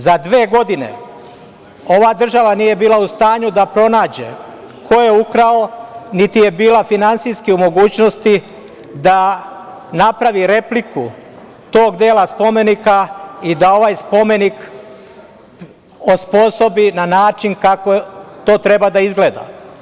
Za dve godine ova država nije bila u stanju da pronađe ko je ukrao, niti je bila finansijski u mogućnosti da napravi repliku tog dela spomenika i da ovaj spomenik osposobi na način kako to treba da izgleda.